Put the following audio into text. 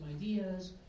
ideas